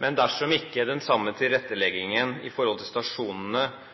Men dersom ikke den samme tilretteleggingen av stasjonene finner sted i